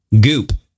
Goop